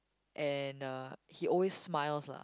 and uh he always smiles lah